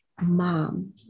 mom